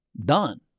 done